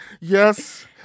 yes